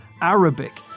arabic